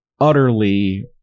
utterly